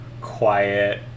quiet